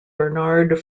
bernard